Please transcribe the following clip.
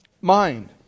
mind